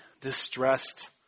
distressed